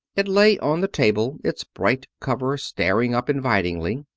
it lay on the table, its bright cover staring up invitingly.